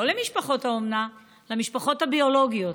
לא למשפחות האומנה, למשפחות הביולוגיות.